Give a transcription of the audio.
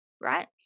right